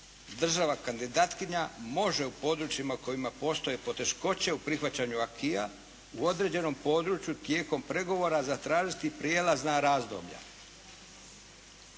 država kandidatkinja može u područjima u kojima postoje poteškoće u prihvaćanju acquisa u određenom području tijekom pregovora zatražiti prijelazna razdoblja.